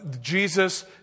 Jesus